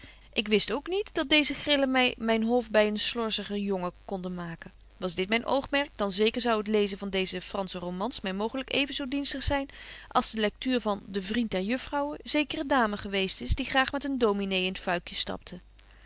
ik wist ook niet dat deeze grillen my myn hof by een slorzigen jongen konden maken was dit myn oogmerk dan zeker zou het lezen van dwaze fransche romans my mooglyk even zo dienstig zyn als de lecture van de vriend der juffrouwen zekere dame geweest is die graag met een dominé in het fuikje stapte